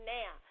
now